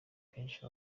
akenshi